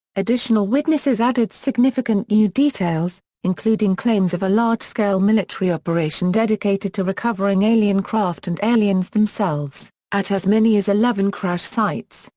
additional witnesses added significant new details, including claims of a large-scale military operation dedicated to recovering alien craft and aliens themselves, at as many as eleven crash sites,